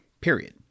period